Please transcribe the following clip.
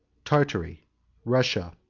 tartary russia,